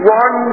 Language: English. one